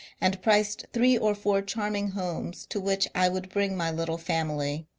and priced three or four charming homes to which i would bring my little family.